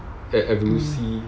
mm